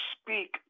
speak